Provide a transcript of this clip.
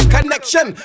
Connection